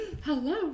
Hello